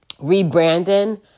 rebranding